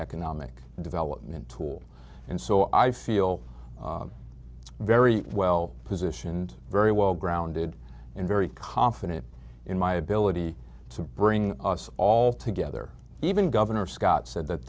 economic development tool and so i feel very well positioned very well grounded and very confident in my ability to bring us all together even governor scott said that